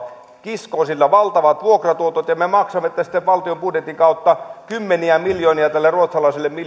kiskoo sillä valtavat vuokratuotot ja me maksamme sitten valtion budjetin kautta kymmeniä miljoonia tälle ruotsalaiselle